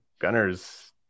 gunner's